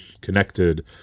connected